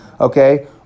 Okay